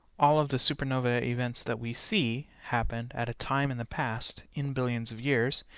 all of the supernova events that we see happened at a time in the past in billions of years,